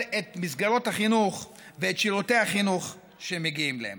את מסגרות החינוך ואת שירותי החינוך שמגיעים להם.